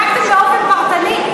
בדקתם באופן פרטני?